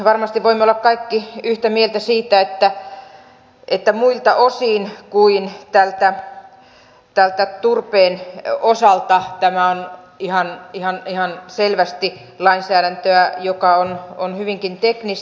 varmasti voimme olla kaikki yhtä mieltä siitä että muilta osin kuin turpeen osalta tämä on ihan selvästi lainsäädäntöä joka on hyvinkin teknistä